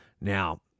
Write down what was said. Now